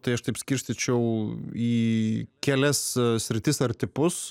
tai aš taip skirstyčiau į kelias sritis ar tipus